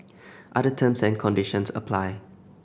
other terms and conditions apply